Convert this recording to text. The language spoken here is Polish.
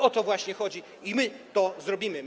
O to właśnie chodzi i my to zrobimy.